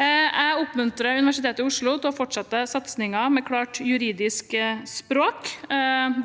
Jeg oppmuntrer Universitetet i Oslo til å fortsette satsingen på klart juridisk språk.